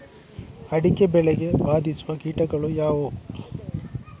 ಅಡಿಕೆ ಬೆಳೆಗೆ ಬಾಧಿಸುವ ಕೀಟಗಳು ಯಾವುವು?